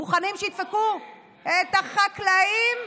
מוכנים שידפקו את החקלאים,